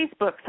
Facebook